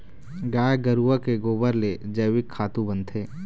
गाय गरूवा के गोबर ले जइविक खातू बनथे